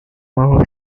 marrom